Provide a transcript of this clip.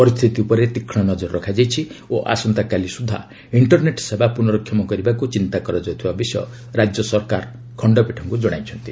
ପରିସ୍ଥିତି ଉପରେ ତୀକ୍ଷ ନଜର ରଖାଯାଇଛି ଓ ଆସନ୍ତାକାଲି ସୁଦ୍ଧା ଇଣ୍ଟରନେଟ୍ ସେବା ପୁର୍ନକ୍ଷମ କରିବାକୁ ଚିନ୍ତା କରାଯାଉଥିବା ବିଷୟ ରାଜ୍ୟ ସରକାର ଖଣ୍ଡପୀଠଙ୍କୁ ଜଣାଇଛନ୍ତି